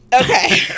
Okay